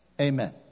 amen